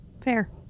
Fair